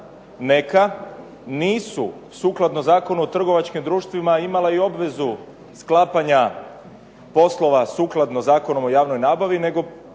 nisu sukladno Zakonu o trgovačkim društvima imala i obvezu sklapanja poslova sukladno Zakonu o javnoj nabavi, nego